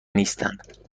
نیستند